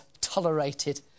tolerated